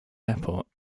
airport